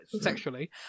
sexually